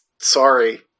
Sorry